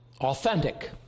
authentic